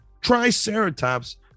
Triceratops